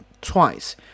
twice